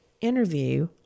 interview